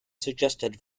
suggested